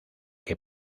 que